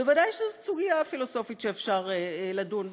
ודאי שזאת סוגיה פילוסופית שאפשר לדון בה.